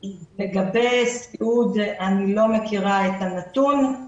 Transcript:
לגבי זה אני לא מכירה את הנתון.